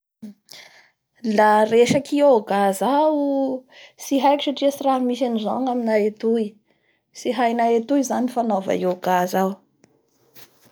La resaky ioga zao tsy haiko satria tsy raha misy anizao amianay atoy zany ny fanaova an'Yoga zao